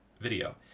video